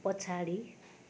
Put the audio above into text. पछाडि